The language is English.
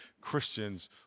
Christians